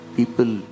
people